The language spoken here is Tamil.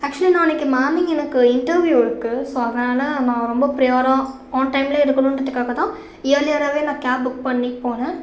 ஆக்சுலி நான் நாளைக்கு மார்னிங் எனக்கு இன்டர்வியூ இருக்குது ஸோ அதனால் நான் ரொம்ப ப்ரியராக ஆன்டைமில் இருக்கணுன்கிறதுக்காகதான் இயர்லியராகவே நான் கேப் புக் பண்ணி போனேன்